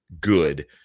good